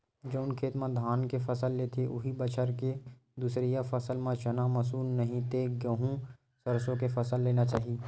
जउन खेत म धान के फसल लेथे, उहीं बछर के दूसरइया फसल म चना, मसूर, नहि ते गहूँ, सरसो के फसल लेना चाही